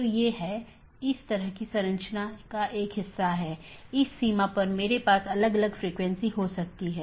तो autonomous system या तो मल्टी होम AS या पारगमन AS हो सकता है